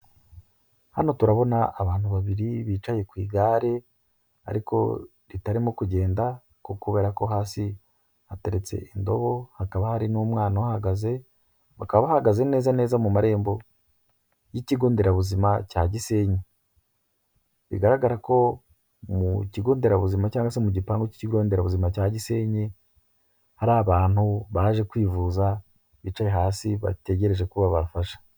Hano turabona abantu babiri bicaye ku igare, ariko ritarimo kugenda, kubera ko hasi hateretse indobo hakaba hari n'umwana uhahagaze, bakaba bahagaze neza neza mu marembo y'ikigo nderabuzima cya Gisenyi, bigaragara ko mu kigo nderabuzima cyangwa se mu gipangu cy'ikigo nderabuzima cya Gisenyi, hari abantu baje kwivuza bicaye hasi bategereje ko babafasha.